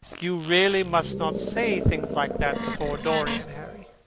you really must not say things like that before dorian, harry.